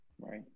right